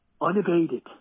Unabated